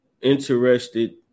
interested